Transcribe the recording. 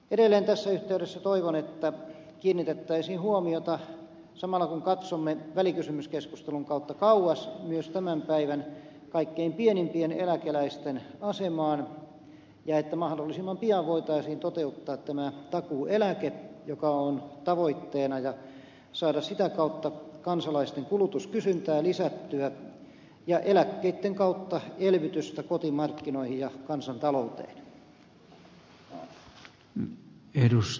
edelleen tässä yhteydessä toivon että kiinnitettäisiin huomiota samalla kun katsomme välikysymyskeskustelun kautta kauas myös tämän päivän kaikkein pienimpiä eläkkeitä saavien asemaan ja että mahdollisimman pian voitaisiin toteuttaa tämä takuueläke joka on tavoitteena ja saada sitä kautta kansalaisten kulutuskysyntää lisättyä ja eläkkeitten kautta elvytystä kotimarkkinoihin ja kansantalouteen